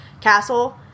castle